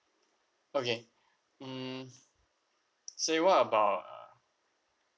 okay mm sorry what about uh